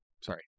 Sorry